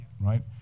right